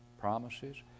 promises